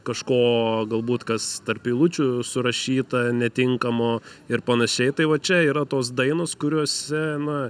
kažko galbūt kas tarp eilučių surašyta netinkamo ir panašiai tai va čia yra tos dainos kuriose na